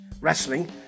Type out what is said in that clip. Wrestling